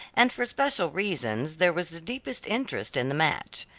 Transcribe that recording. and for special reasons there was the deepest interest in the match.